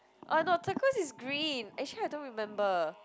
uh no turquoise is green actually I don't remember